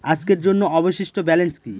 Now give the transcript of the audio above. আজকের জন্য অবশিষ্ট ব্যালেন্স কি?